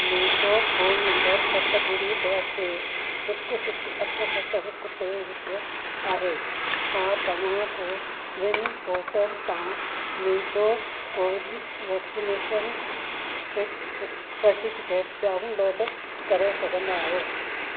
मुंहिंजो phone number सत ॿुड़ी ॿ टे हिकु हिकु अठ सत हिकु टे हिकु आहे छा तव्हां कोविन पोर्टल तां मुंहिंजो कोविड वैक्सीनेशन सर्टिफिकेट डाउनलोड करे सघंदा आहियो